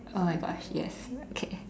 oh my gosh yes okay